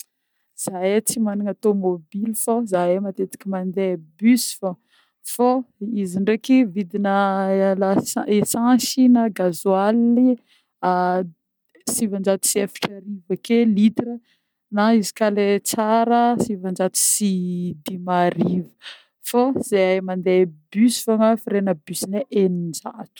Zahe tsy managna tomobile fô zahe matetiky mandeha bus fogna fô izy ndreky vidina lasa- essence na gazoil a sivinjato sy efatra arivo litra na izy koà le tsara sivinjato sy dimarivo fô zehe mandeha bus fogna frais-na bus-neh eninjato.